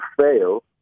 fail